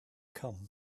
come